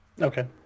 Okay